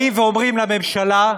באים ואומרים לממשלה: